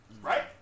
Right